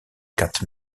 quatre